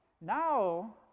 now